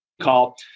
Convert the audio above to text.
Call